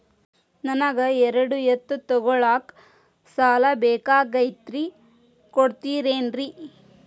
ನನಗ ಎರಡು ಎತ್ತು ತಗೋಳಾಕ್ ಸಾಲಾ ಬೇಕಾಗೈತ್ರಿ ಕೊಡ್ತಿರೇನ್ರಿ?